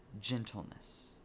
gentleness